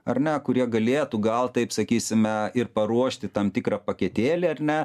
ar ne kurie galėtų gal taip sakysime ir paruošti tam tikrą paketėlį ar ne